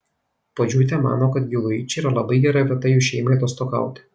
puodžiūtė mano kad giluičiai yra labai gera vieta jų šeimai atostogauti